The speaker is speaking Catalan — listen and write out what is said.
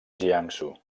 jiangsu